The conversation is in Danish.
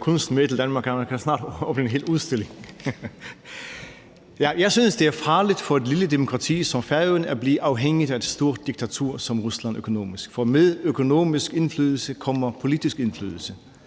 kunst med til Danmark, at han snart kan åbne en hel udstilling. Jeg synes, det er farligt for et lille demokrati som Færøerne at blive økonomisk afhængig af et stort diktatur som Rusland. For med økonomisk indflydelse kommer politisk indflydelse.